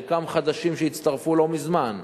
חלקם חדשים שהצטרפו לא מזמן,